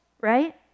right